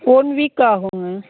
one week ஆகுங்க